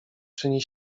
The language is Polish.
czyni